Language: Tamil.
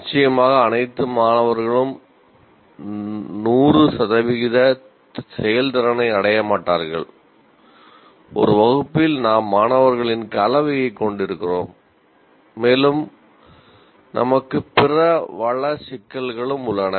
நிச்சயமாக அனைத்து மாணவர்களும் 100 சதவிகித செயல்திறனை அடைய மாட்டார்கள் ஒரு வகுப்பில் நாம் மாணவர்களின் கலவையைக் கொண்டிருக்கிறோம் மேலும் எங்களுக்கு பிற வள சிக்கல்களும் உள்ளன